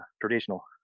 traditional